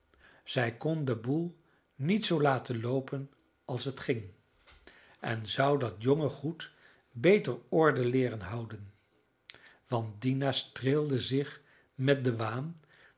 zij kon den boel niet zoo laten loopen als het ging en zou dat jonge goed beter orde leeren houden want dina streelde zich met den waan